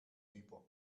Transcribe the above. über